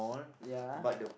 ya